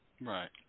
right